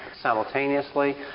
Simultaneously